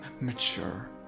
mature